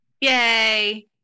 Yay